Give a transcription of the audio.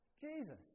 Jesus